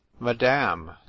Madame